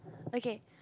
okay